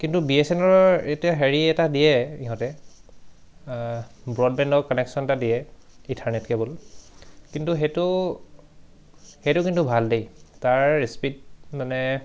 কিন্তু B S N L ৰ এতিয়া হেৰি এটা দিয়ে ইহঁতে ব্ৰডবেণ্ডৰ কানেকশ্যন এটা দিয়ে ইথাৰনেট কেবল কিন্তু সেইটো সেইটো কিন্তু ভাল দেই তাৰ স্পীড মানে